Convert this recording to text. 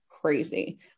crazy